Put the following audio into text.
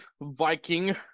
Viking